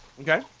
okay